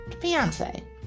fiance